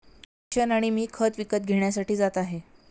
किशन आणि मी खत विकत घेण्यासाठी जात आहे